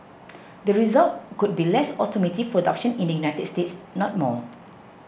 the result could be less automotive production in the United States not more